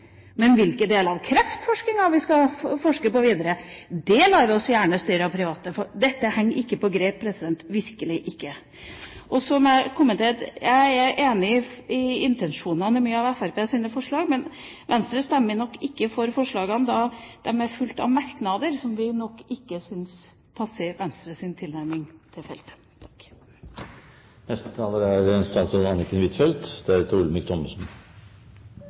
Men hvilke deler av kreftforskninga vi skal videreføre – der lar vi gjerne private styre. Dette henger ikke på greip – virkelig ikke! Så må jeg kommentere Fremskrittspartiets forslag: Jeg er enig i intensjonen i mange av Fremskrittspartiets forslag, men Venstre stemmer nok ikke for forslagene, da de følges av merknader som vi ikke syns passer Venstres tilnærming til feltet.